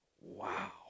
Wow